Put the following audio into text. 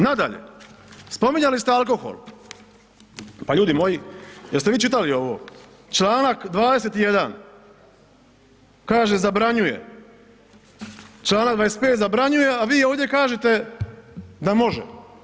Nadalje, spominjali ste alkohol, pa ljudi moji jeste vi čitali ovo, članak 21. kaže zabranjuje, članak 25. zabranjuje, a vi ovdje kažete da može.